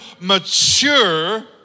mature